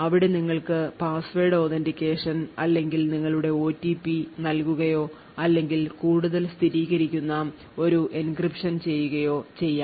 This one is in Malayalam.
അവിടെ നിങ്ങൾക്ക് പാസ്വേഡ് authentication അല്ലെങ്കിൽ നിങ്ങളുടെ ഒടിപി നൽകുകയോ അല്ലെങ്കിൽ കൂടുതൽ സ്ഥിരീകരിക്കുന്ന ഒരു എൻക്രിപ്ഷൻ ചെയ്യുകയോ ചെയ്യാം